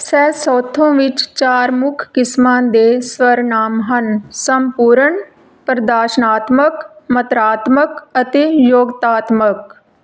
Sesotho ਵਿੱਚ ਚਾਰ ਮੁੱਖ ਕਿਸਮਾਂ ਦੇ ਸਰਵਨਾਮ ਹਨ ਸੰਪੂਰਨ ਪ੍ਰਦਰਸ਼ਨਾਤਮਕ ਮਤਰਾਤਮਕ ਅਤੇ ਯੋਗਤਾਤਮਕ